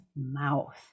mouth